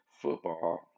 Football